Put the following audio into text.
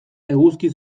eguzki